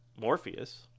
Morpheus